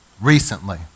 recently